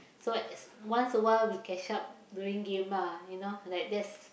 so as once a while we catch up during game lah you know like that's